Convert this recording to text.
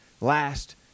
last